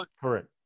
Correct